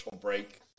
break